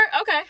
okay